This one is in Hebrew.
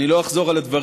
אני לא אחזור על הדברים,